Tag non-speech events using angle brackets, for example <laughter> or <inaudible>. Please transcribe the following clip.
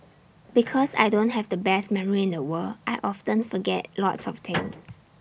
because I don't have the best memory in the world I often forget lots of things <noise>